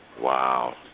Wow